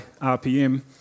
RPM